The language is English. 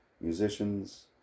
musicians